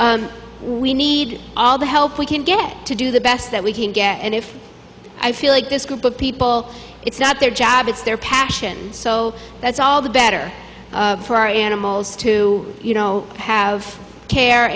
constraints we need all the help we can get to do the best that we can get and if i feel like this group of people it's not their job it's their passion that's all the better for our animals to you know have care